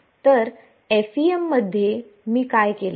तर FEM मध्ये मी काय केले